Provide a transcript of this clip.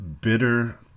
bitter